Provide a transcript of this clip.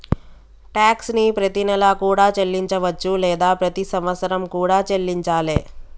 tax ని ప్రతినెలా కూడా చెల్లించవచ్చు లేదా ప్రతి సంవత్సరం కూడా చెల్లించాలే